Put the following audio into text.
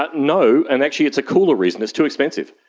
but no, and actually it's a cooler reason it's too expensive.